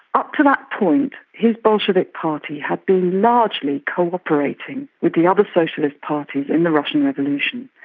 up to that point his bolshevik party had been largely cooperating with the other socialist parties in the russian revolution,